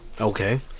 Okay